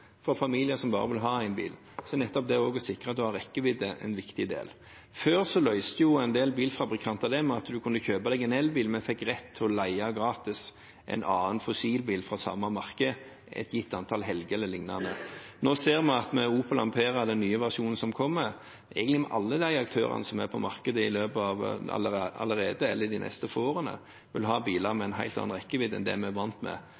for familier som bare vil ha én bil, er nettopp det å sikre at man har rekkevidde, en viktig del. Før løste en del bilfabrikanter det med at du kunne kjøpe deg en elbil, men fikk rett til å låne gratis en fossilbil fra samme merke et gitt antall helger, eller lignende. Nå kommer Opel-Ampera-e, den nye versjonen. Egentlig vil alle de aktørene som er på markedet allerede, i de neste få årene ha biler med en helt annen rekkevidde enn det vi er vant med